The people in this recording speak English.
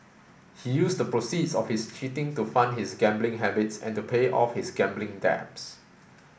he used the proceeds of his cheating to fund his gambling habits and to pay off his gambling debts